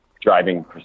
driving